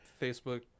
facebook